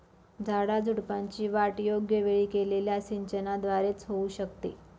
झाडाझुडपांची वाढ योग्य वेळी केलेल्या सिंचनाद्वारे च होऊ शकते